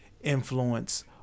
influence